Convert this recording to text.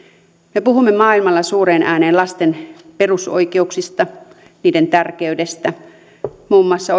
me puhumme maailmalla suureen ääneen lasten perusoikeuksista niiden tärkeydestä muun muassa